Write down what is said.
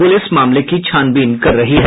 police मामले की छानबीन कर रही है